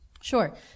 Sure